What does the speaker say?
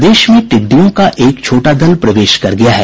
प्रदेश में टिड्डियों का एक छोटा दल प्रवेश कर गया है